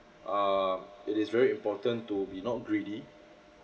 err it is very important to be not greedy